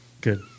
Good